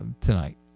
tonight